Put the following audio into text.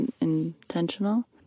intentional